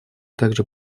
также